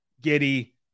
Giddy